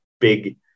big